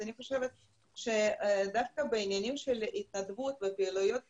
אני חושבת שדווקא בעניינים של התנדבות ופעילויות משותפות,